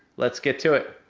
lets' get to it.